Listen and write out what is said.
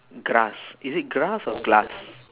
grass is it grass or glass